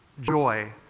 joy